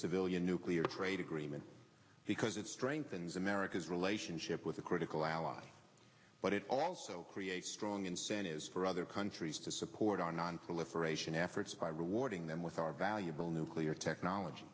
civilian nuclear trade agreement because it strengthens america's relationship with a critical ally but it also creates strong incentives for other countries to support our nonproliferation efforts by rewarding them with our valuable nuclear technology